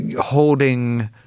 Holding